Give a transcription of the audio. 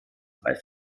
drei